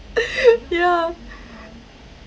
yeah